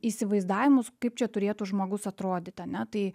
įsivaizdavimus kaip čia turėtų žmogus atrodyt ane tai